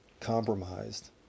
compromised